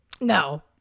no